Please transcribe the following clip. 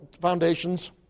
foundations